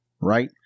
right